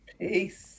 Peace